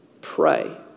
pray